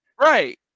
Right